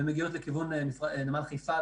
מגיעות לכיוון נמל חיפה,